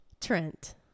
Trent